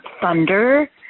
thunder